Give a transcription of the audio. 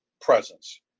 presence